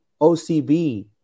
OCB